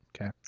Okay